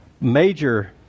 Major